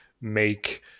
make